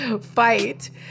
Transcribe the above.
fight